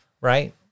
right